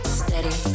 steady